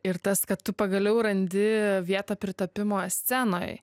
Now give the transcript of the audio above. ir tas kad tu pagaliau randi vietą pritapimo scenoj